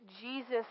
Jesus